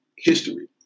History